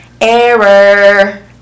Error